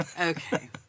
Okay